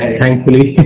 thankfully